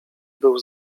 był